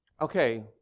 okay